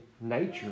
nature